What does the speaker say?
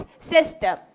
system